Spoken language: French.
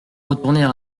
retourner